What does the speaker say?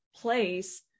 place